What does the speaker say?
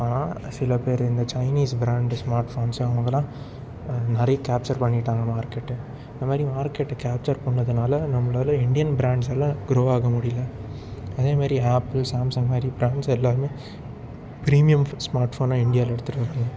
ஆனால் சில பேர் இந்த சைனீஸ் ப்ராண்டு ஸ்மார்ட் ஃபோன்ஸ் அவங்கதுலாம் நிறைய கேப்ச்சர் பண்ணிவிட்டாங்க மார்க்கெட்டு இந்த மாதிரி மார்க்கெட்டு கேப்ச்சர் பண்ணதுனால் நம்மளால இண்டியன் ப்ராண்ட்ஸால் க்ரோவ் ஆக முடியல அதே மாதிரி ஆப்பிள் சாம்சங் மாதிரி ப்ராண்ட்ஸ் எல்லாமே ப்ரீமியம் ஃபிக்ஸ் ஸ்மார்ட் ஃபோனை இண்டியாவில் எடுத்து வராங்க